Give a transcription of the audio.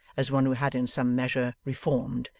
as one who had in some measure reformed,